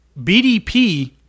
bdp